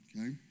okay